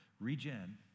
Regen